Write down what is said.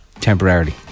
Temporarily